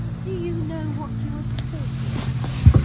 do you know what you are talking about?